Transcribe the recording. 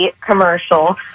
commercial